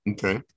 Okay